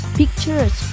pictures